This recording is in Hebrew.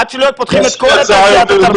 עד שהיו פותחים את כל עולם התרבות.